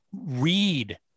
read